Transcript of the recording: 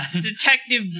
Detective